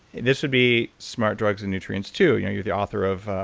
this would be smart drugs and nutrients, too. you know you're the author of,